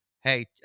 Hey